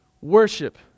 worship